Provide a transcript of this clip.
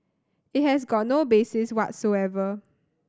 it has got no basis whatsoever